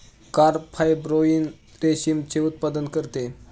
carp fibroin रेशमाचे उत्पादन करते